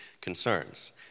concerns